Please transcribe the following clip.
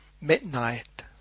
Midnight